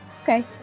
Okay